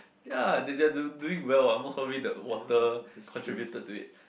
ya they they are doing well what most probably the water contributed to it